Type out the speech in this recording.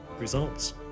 results